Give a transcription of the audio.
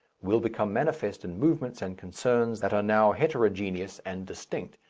will become manifest in movements and concerns that are now heterogeneous and distinct,